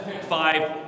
Five